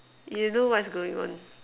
you know what's going on